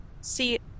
See